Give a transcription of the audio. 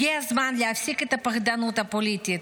הגיע הזמן להפסיק את הפחדנות הפוליטית,